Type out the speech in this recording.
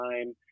time